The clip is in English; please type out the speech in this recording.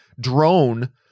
drone